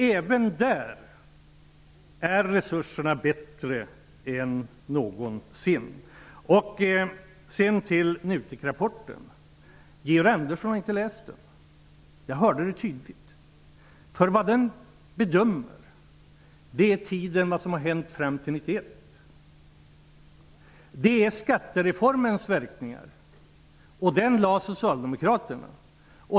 Även i detta avseende är resurserna bättre än någonsin. Jag skall också ta upp NUTEK-rapporten. Georg Andersson har inte läst den. Jag hörde det tydligt. I rapporten bedöms nämligen vad som har hänt fram till 1991. Det handlar om skattereformens verkningar. Skattereformen genomförde Socialdemokraterna.